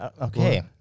Okay